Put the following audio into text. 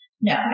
no